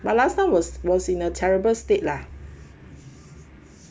but last time was was in a terrible state lah